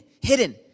hidden